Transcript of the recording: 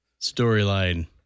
storyline